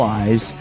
eyes